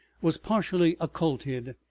was partially occulted,